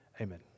amen